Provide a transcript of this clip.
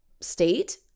state